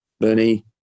Bernie